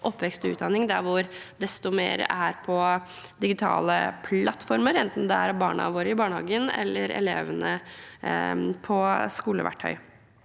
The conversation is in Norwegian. hvor desto mer er på digitale plattformer, enten det gjelder barna våre i barnehagen eller elevene på skoleverktøy.